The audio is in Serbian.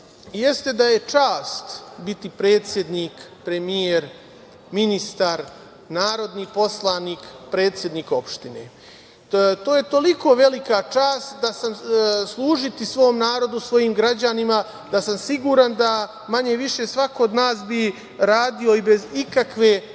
jeste da je čast biti predsednik, premijer, ministar, narodni poslanik, predsednik opštine. To je toliko velika čast služiti svom narodu, svojim građanima, da sam siguran da manje-više svako od nas bi radio i bez ikakve